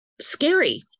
scary